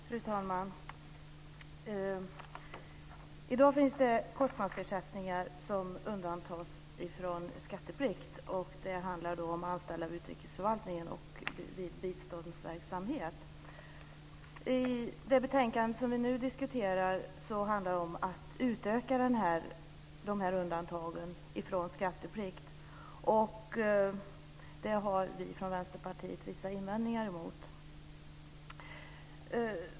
Fru talman! I dag finns det kostnadsersättningar som undantas från skatteplikt. Det handlar om anställda i utrikesförvaltningen och biståndsverksamheten. I det betänkande som vi nu diskuterar handlar det om att utöka dessa undantag från skatteplikt. Det har vi från Vänsterpartiet vissa invändningar emot.